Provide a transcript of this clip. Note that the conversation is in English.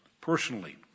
personally